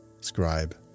Scribe